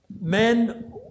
Men